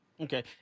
Okay